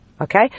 okay